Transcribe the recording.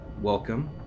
Welcome